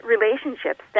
relationships